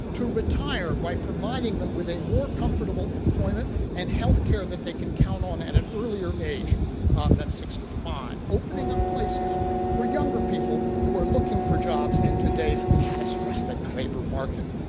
to retire by providing them with a more comfortable employment, and health care that they can count on at an earlier age than sixty five, opening up places for younger people who are looking for jobs in today's catastrophic labor market.